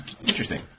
Interesting